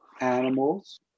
animals